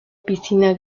piscina